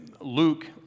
Luke